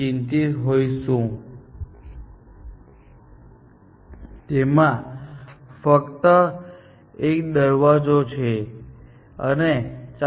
તમે તેને પણ જોઈ શકો છો જો તમે આ સમસ્યાને AND OR સમસ્યાની જેમ જોઈ શકો છો તો તમે ફક્ત એક માળ અથવા ડુપ્લેક્સ બનાવવા માટે કોઈ વિકલ્પ માંગી શકો છો